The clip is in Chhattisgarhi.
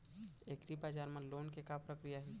एग्रीबजार मा लोन के का प्रक्रिया हे?